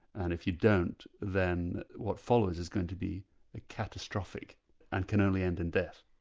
and if you don't then what follows is going to be ah catastrophic and can only end in death.